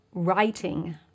writing